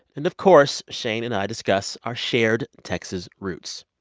and of course, shane and i discuss our shared texas roots.